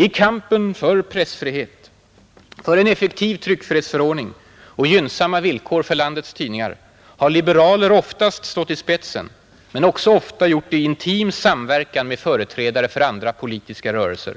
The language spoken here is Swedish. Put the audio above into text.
I kampen för pressfrihet, en effektiv tryckfrihetsförordning och gynnsamma villkor för landets tidningar har liberaler oftast stått i spetsen men ofta också gjort det i intim samverkan med företrädare för andra politiska rörelser.